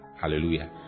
Hallelujah